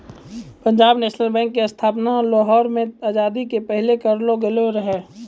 Punjab National Bank के स्थापना लाहौर मे आजादी के पहिले करलो गेलो रहै